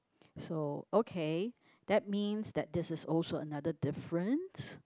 so okay that means that this is also another difference